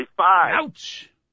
Ouch